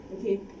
okay